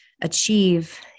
achieve